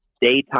daytime